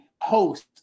host